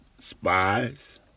spies